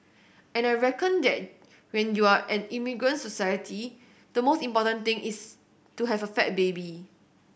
and I reckon that when you're an immigrant society the most important thing is to have a fat baby